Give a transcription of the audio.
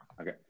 Okay